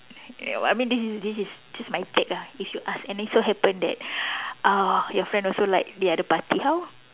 I mean this is this is this is my take ah if you ask and then so happen that uh your friend also like the other party how